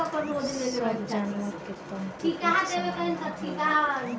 सब जानवर के तंतु एक सामान ना होखेला